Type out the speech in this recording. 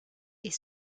est